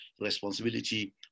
responsibility